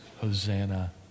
Hosanna